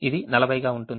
ఇది 40 గా ఉంటుంది